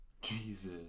Jesus